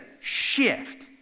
shift